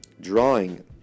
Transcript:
drawing